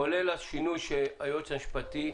כולל השינוי שקרא היועץ המשפטי.